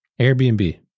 Airbnb